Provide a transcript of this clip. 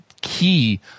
key